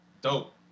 dope